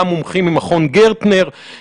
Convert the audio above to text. גם מומחים ממכון גרטנר,